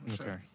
Okay